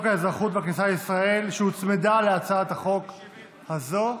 האזרחות והכניסה לישראל שהוצמדה להצעת החוק הזאת.